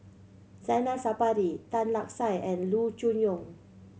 Zainal Sapari Tan Lark Sye and Loo Choon Yong